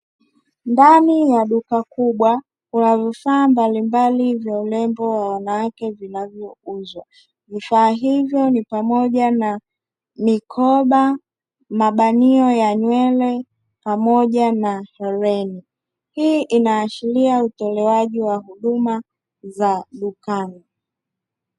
Ndani ya duka kubwa kuna vifaa mbalimbali vya urembo wa wanawake vinavyouzwa, vifaa hivyo ni pamoja na mikoba , mabanio ya nywele pamoja na hereni hii inaashiriwa utolewaji wa huduma za dukani.